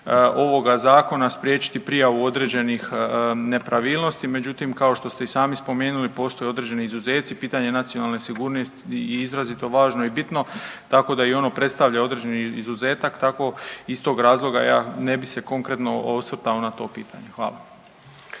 ovoga zakona spriječiti prijavu određenih nepravilnosti. Međutim kao što ste i sami spomenuli postoje određeni izuzeci. Pitanje nacionalne sigurnosti je izrazito važno i bitno tako da i ono predstavlja određeni izuzetak tako iz tog razloga ja ne bi se konkretno osvrtao na to pitanje. Hvala.